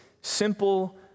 simple